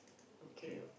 okay